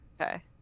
Okay